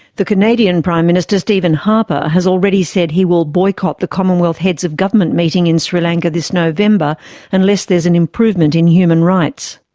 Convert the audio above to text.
the canadian prime minister stephen harper has already said he will boycott the commonwealth heads of government meeting in sri lanka this november unless there is an improvement in human rights.